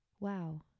wow